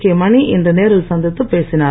K Mani இன்று நேரில் சந்தித்து பேசினார்